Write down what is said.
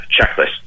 checklist